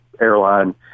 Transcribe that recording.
airline